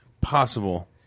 possible